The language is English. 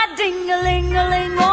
ding-a-ling-a-ling